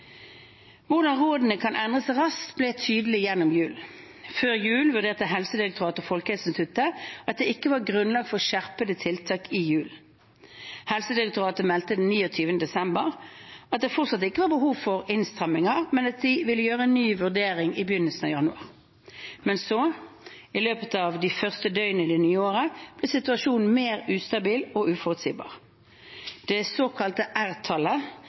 Hvordan rådene kan endre seg raskt, ble tydelig gjennom julen. Før jul vurderte Helsedirektoratet og Folkehelseinstituttet at det ikke var grunnlag for skjerpede tiltak i julen. Helsedirektoratet meldte 29. desember at det fortsatt ikke var behov for innstramninger, men at de ville gjøre en ny vurdering i begynnelsen av januar. Men så, i løpet av de første døgnene i det nye året, ble situasjonen mer ustabil og uforutsigbar. Det såkalte